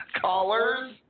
Callers